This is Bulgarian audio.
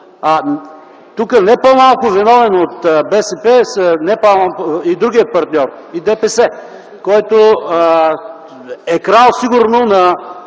Тук не по-малко виновен от БСП е и другият партньор – ДПС, който е крал сигурно на